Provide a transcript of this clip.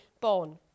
born